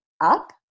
up